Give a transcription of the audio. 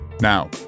Now